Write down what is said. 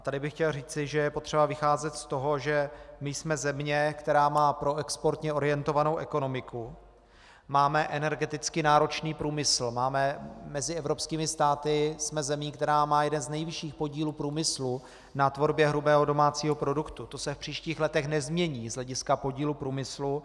Tady bych chtěl říci, že je potřeba vycházet z toho, že jsme země, která má proexportně orientovanou ekonomiku, máme energeticky náročný průmysl, mezi evropskými státy jsme zemí, která má jeden z nejvyšších podílů průmyslu na tvorbě hrubého domácího produktu, to se v příštích letech nezmění z hlediska podílu průmyslu.